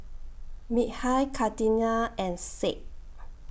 Mikhail Kartini and Said